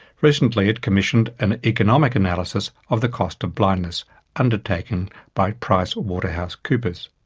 recently it commissioned an economic analysis of the cost of blindness undertaken by price waterhouse coopers.